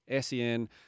SEN